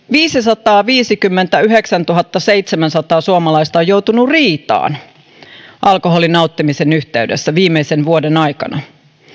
viisisataaviisikymmentäyhdeksäntuhattaseitsemänsataa suomalaista on joutunut riitaan alkoholin nauttimisen yhteydessä viimeisen vuoden aikana